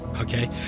Okay